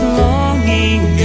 longing